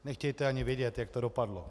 Nechtějte ani vědět, jak to dopadlo.